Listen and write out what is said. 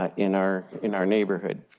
ah in our in our neighborhood.